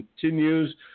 continues